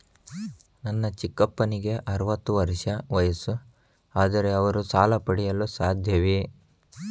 ನನ್ನ ಚಿಕ್ಕಪ್ಪನಿಗೆ ಅರವತ್ತು ವರ್ಷ ವಯಸ್ಸು, ಆದರೆ ಅವರು ಸಾಲ ಪಡೆಯಲು ಸಾಧ್ಯವೇ?